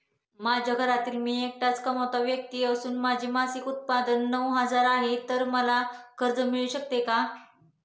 माझ्या घरातील मी एकटाच कमावती व्यक्ती असून माझे मासिक उत्त्पन्न नऊ हजार आहे, तर मला कर्ज मिळू शकते का?